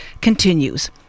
continues